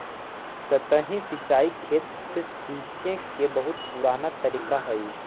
सतही सिंचाई खेत सींचे के बहुत पुराना तरीका हइ